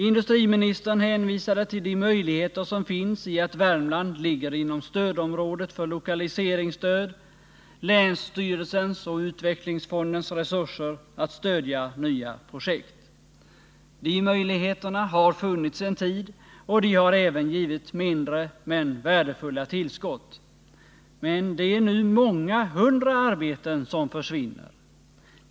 Industriministern hänvisade till de möjligheter som finns i att Värmland ligger inom stödområdet för lokaliseringsstöd och till länsstyrelsens och utvecklingsfondens resurser för att stödja nya projekt. De möjligheterna har funnits en tid och de har även givit mindre men värdefulla tillskott. Men det är nu många hundra arbeten som försvinner.